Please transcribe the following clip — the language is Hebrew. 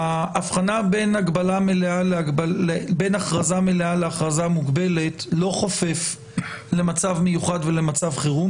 ההבחנה בין הכרזה מלאה להכרזה מוגבלת לא חופף למצב מיוחד ולמצב חירום.